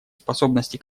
способности